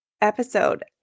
episode